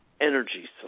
energy